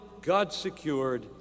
God-secured